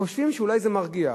חושבים שאולי זה מרגיע.